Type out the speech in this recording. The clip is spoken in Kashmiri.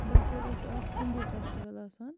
دَسیرا چھُ اَکھ ہنٛدوٗ فیٚسٹِوَل آسان